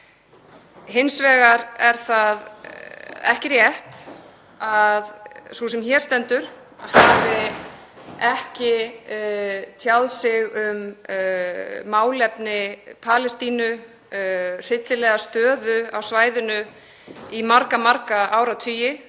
Hins vegar er það ekki rétt að sú sem hér stendur hafi ekki tjáð sig um málefni Palestínu, hryllilega stöðu á svæðinu í marga áratugi.